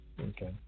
Okay